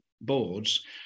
boards